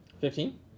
Fifteen